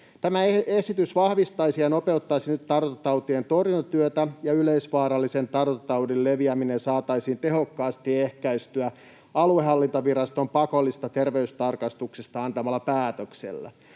Tämä esitys vahvistaisi ja nopeuttaisi nyt tartuntatautien torjuntatyötä, ja yleisvaarallisen tartuntataudin leviäminen saataisiin tehokkaasti ehkäistyä aluehallintovirastojen pakollisista terveystarkastuksista antamalla päätöksellä.